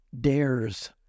dares